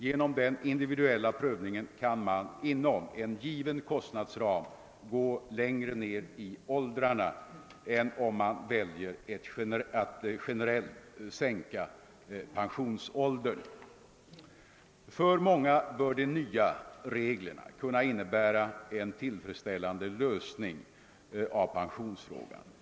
Genom den individuella prövningen kan man inom en given kostnadsram gå längre ned i åldrarna än om man väljer att generellt sänka pensionsåldern. För många bör de nya reglerna kunna innebära en tillfredsställande lösning av pensionsfrågan.